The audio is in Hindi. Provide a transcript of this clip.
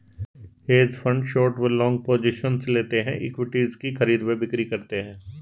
हेज फंड शॉट व लॉन्ग पोजिशंस लेते हैं, इक्विटीज की खरीद व बिक्री करते हैं